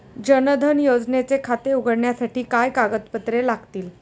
जनधन योजनेचे खाते उघडण्यासाठी काय काय कागदपत्रे लागतील?